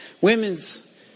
women's